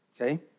okay